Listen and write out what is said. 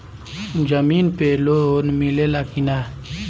जमीन पे लोन मिले ला की ना?